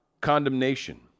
condemnation